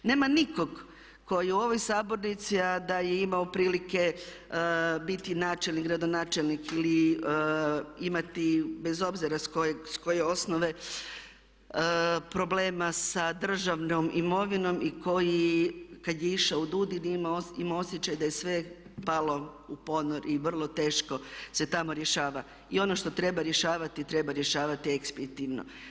Nema nikog koji u ovoj sabornici a da je imao prilike biti načelnik, gradonačelnik ili imati bez obzira s koje osnove problema sa državnom imovinom i koji kad je išao u DUDI nije imao osjećaj da je sve palo u ponor i vrlo teško se tamo rješava, i ono što treba rješavati, treba rješavati ekspitivno.